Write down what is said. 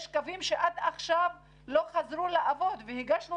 יש קווים שעד עכשיו לא חזרו לעבוד והגשנו